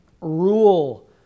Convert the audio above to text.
rule